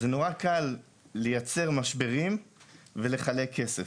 זה נורא קל לייצר משברים ולחלק כסף.